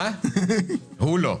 הוא לא.